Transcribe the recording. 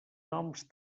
noms